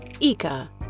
Ika